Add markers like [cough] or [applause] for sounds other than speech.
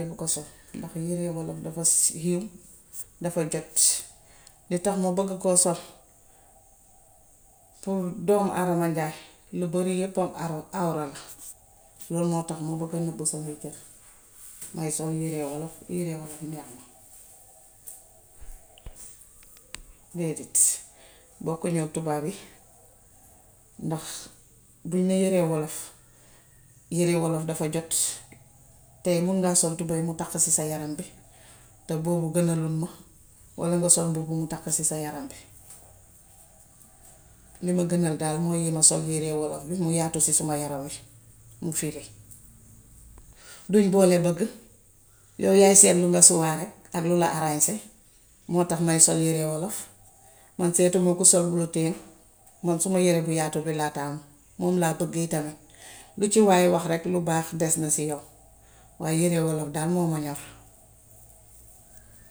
Dan ko sol ndax yëre wolof dafa [hesitation] hiw, dafa jot. Lu tax ma bëgg koo sol pour doomu aadama njaay lu bëri yéppam [hesitation] awro la. Loolu moo tax ma bëgg a nëbb samay cër. May sol yëre olof, yëre olof neex ma. Déedéet bokkuñook tubaab yi ndax buñ nee yëre olof, yërey olof dafa jot. Tay mun nga sol tubéy mu taq si sa yaram bi, te boobu gënalut ma walla nga sol mbubb mu taq si sa yaram wi. Li ma gënal daal mooy yi ma sol yi yëre olof yi mu yaatu si suma yaram wi, bum fiire. Duñ boolee bëgg yaw yaay seet li nga suwaa rekk ak lu la arañse mooy tax may sol yëre wolof. Man seetuma kuy xool lu la tëye, man suma yëre bu yaatu bi laa taamu. Moom laa bëgg yitam. Lu ci waay wax rekk lu baax des na ci yow waaye yëre wolof daal moo ma neex.